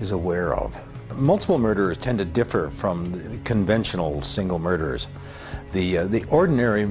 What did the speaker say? is aware of multiple murders tend to differ from conventional single murders the ordinary